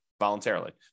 voluntarily